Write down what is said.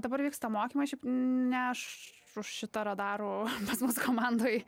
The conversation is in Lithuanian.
dabar vyksta mokymai šiaip ne aš už šitą radarų pas mus komandoj